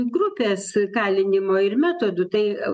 grupės kalinimo ir metodų tai